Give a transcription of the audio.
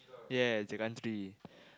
ya the country